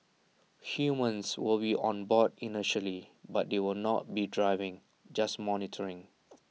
humans will be on board initially but they will not be driving just monitoring